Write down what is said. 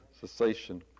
cessation